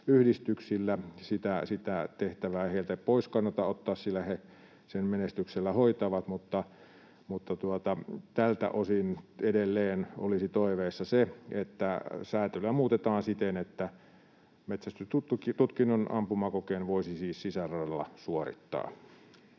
yhdistyksillä. Sitä tehtävää ei heiltä pois kannata ottaa, sillä he sen menestyksellä hoitavat. Tältä osin siis edelleen olisi toiveissa se, että säätelyä muutetaan siten, että metsästystutkinnon ampumakokeen voisi sisäradalla suorittaa.